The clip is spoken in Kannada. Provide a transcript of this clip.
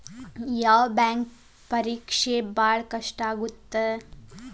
ಯಾವ್ ಬ್ಯಾಂಕ್ ಪರೇಕ್ಷೆ ಭಾಳ್ ಕಷ್ಟ ಆಗತ್ತಾ?